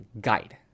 guide